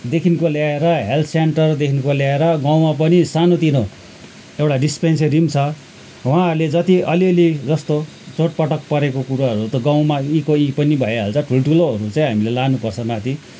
देखिन्को लिएर हेल्थ सेन्टरदेखिन्को लिएर गाउँमा पनि सानो तिनो एउटा डिस्पेन्सरी पनि छ उहाँहरूले जति अलिअलि जस्तो चोटपटक परेको कुरोहरू त गाउँमा यहीँको यहीँ पनि भइहाल्छ ठुलो ठुलोहरू चाहिँ हामीले लानु पर्छ माथि